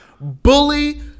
Bully